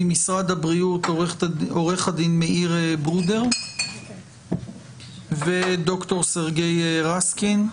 ממשרד הבריאות, עו"ד מאיר ברודר וד"ר סרגיי רסקין,